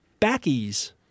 Backies